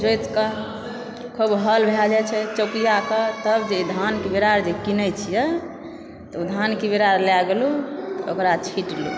जोतिकऽ खुब हाउल भए जाइ छै चोपियाकऽ तब जे ई धानके बिरार जे किनय छियै तऽ ओ धानकेँ बिरार लए गेलुँ ओकरा छिटलुँ